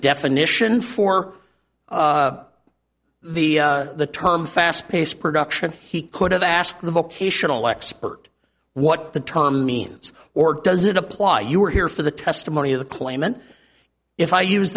definition for the the term fast pace production he could have asked the vocational expert what the term means or does it apply you were here for the testimony of the claimant if i use